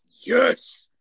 yes